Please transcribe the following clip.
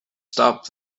stop